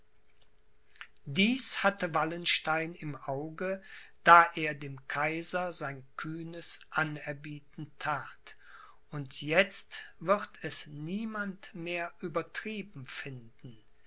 dies hatte wallenstein im auge da er dem kaiser sein kühnes anerbieten that und jetzt wird es niemand mehr übertrieben finden